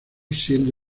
siendo